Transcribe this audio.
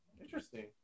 Interesting